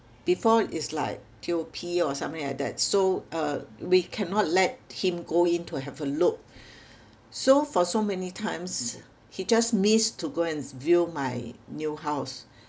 before is like T_O_P or something like that so uh we cannot let him go in to have a look so for so many times he just missed to go and view my new house